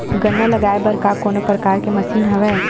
गन्ना लगाये बर का कोनो प्रकार के मशीन हवय?